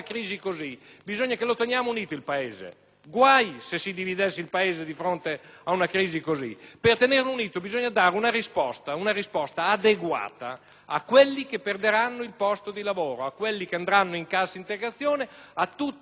guai se si dividesse il Paese di fronte ad un crisi del genere. E per tenerlo unito bisogna dare una risposta adeguata a coloro che perderanno il posto di lavoro, a coloro che andranno in cassa integrazione e a tutte quelle famiglie che si troveranno in difficoltà.